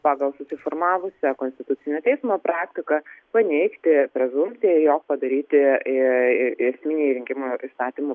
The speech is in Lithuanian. pagal susiformavusią konstitucinio teismo praktiką paneigti prezumpciją jog padaryti esminiai rinkimų įstatymų